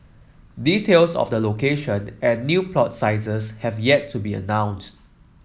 details of the location and new plot sizes have yet to be announced